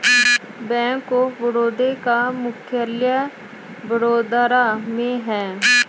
bank of Baroda का मुख्यालय वडोदरा में है